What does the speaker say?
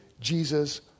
Jesus